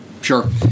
Sure